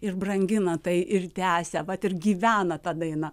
ir brangina tai ir tęsia vat ir gyvena ta daina